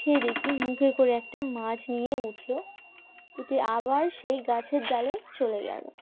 সে দেখি মুখে করে একটা মাছ নিয়ে উঠলো উঠে আবার সেই গাছের ডালে চলে গেলো